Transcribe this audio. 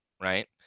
Right